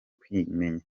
kwimenya